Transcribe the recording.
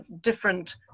different